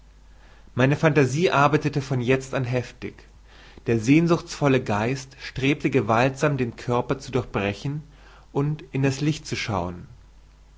meine pfantasie arbeitete von jezt an heftig der sehnsuchtsvolle geist strebte gewaltsam den körper zu durchbrechen und in das licht zu schauen